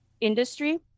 industry